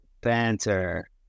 banter